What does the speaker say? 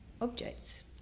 objects